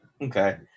Okay